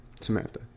Samantha